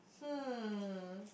hmm